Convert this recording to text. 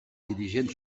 dirigent